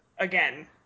again